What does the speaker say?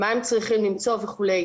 מה הם צריכים למצוא וכו'.